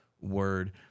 word